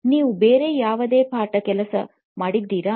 ನೀವು ಬೇರೆ ಯಾವುದೇ ಪಾಠ ಕೆಲಸ ಮಾಡಿದ್ದೀರಾ